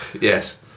Yes